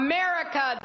America